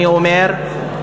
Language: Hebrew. אני אומר,